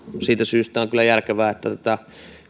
siitä syystä on kyllä järkevää että tätä